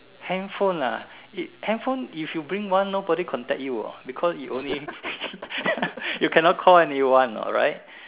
handphone ah handphone if you bring one nobody contact you hor because you only you cannot call anyone alright